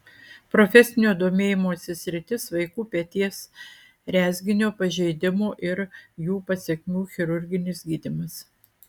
profesinio domėjimosi sritis vaikų peties rezginio pažeidimų ir jų pasekmių chirurginis gydymas